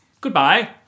Goodbye